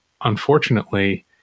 unfortunately